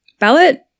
ballot